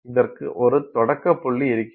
இதற்கு ஒரு தொடக்க புள்ளி இருக்கிறது